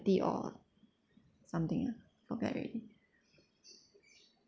or something ah forget already